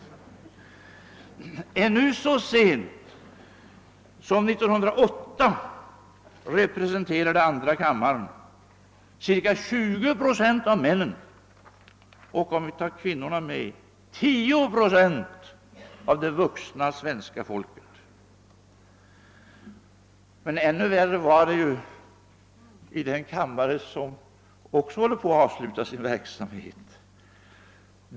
Ännu så sent som 1908 representerade andra kammaren cirka 20 procent av männen och — om även kvinnorna medräknas — 10 procent av den vuxna svenska befolkningen. Men ännu värre var det i den kammare, som nu också håller på att avsluta sin verksamhet.